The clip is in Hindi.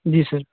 जी सर